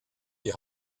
die